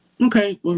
Okay